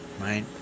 right